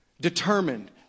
determined